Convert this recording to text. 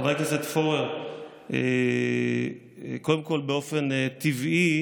חבר הכנסת פורר, קודם כול, באופן טבעי,